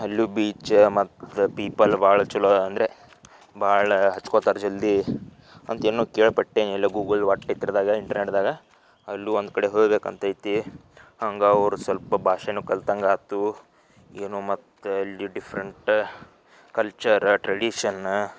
ಅಲ್ಲೂ ಬೀಚ ಮತ್ತು ಪೀಪಲ್ ಭಾಳ ಚೊಲೋ ಅಂದರೆ ಭಾಳ ಹಚ್ಕೋತಾರೆ ಜಲ್ದಿ ಅಂತ ಏನೋ ಕೇಳಿಪಟ್ಟೆ ಎಲ್ಲೋ ಗೂಗಲ್ ಇಂಟರ್ನೆಟ್ದಾಗೆ ಅಲ್ಲೂ ಒಂದು ಕಡೆ ಹೋಗ್ಬೇಕಂತ ಐತಿ ಹಂಗೆ ಅವ್ರ ಸ್ವಲ್ಪ ಭಾಷೆನೂ ಕಲ್ತಂಗಾಯ್ತು ಏನೋ ಮತ್ತು ಅಲ್ಲಿ ಡಿಫ್ರೆಂಟ ಕಲ್ಚರ ಟ್ರೆಡಿಶನ್ನ